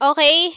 Okay